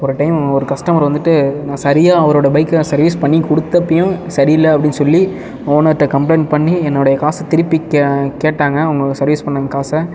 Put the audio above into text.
ஒரு டைம் ஒரு கஸ்டமர் வந்துட்டு நான் சரியாக அவரோடயா பைக்கை சர்வீஸ் பண்ணிக்கொடுத்தப்பயும் சரியில்ல அப்படினு சொல்லி ஓனர்கிட்ட கம்ப்ளைன் பண்ணி என்னோடய காச திருப்பிக்கே கேட்டாங்க அவங்க சர்வீஸ் பண்ண காச